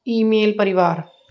email ਪਰਿਵਾਰ